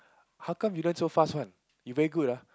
how come you learn so fast one you very good ah